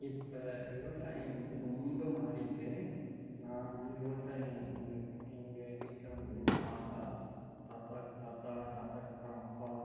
இப்போ விவசாயம் வந்து ரொம்ப மாறிட்டு நான் வந்து விவசாயம் எங் எங்கள் வீட்டில் வந்து தாத்தா தாத்தாவுக்கு தாத்தா தாத்தாவுக்கு அப்புறம் அப்பா